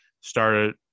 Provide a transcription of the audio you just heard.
started